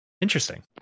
Interesting